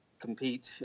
compete